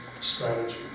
strategy